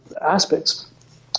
aspects